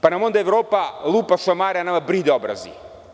Pa nam onda Evropa lupa šamare a nama bride obrazi.